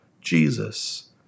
Jesus